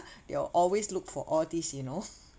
your always look for all these you know